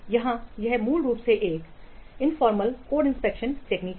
यहाँ यह मूल रूप से एक अनौपचारिक कोड विश्लेषण तकनीक है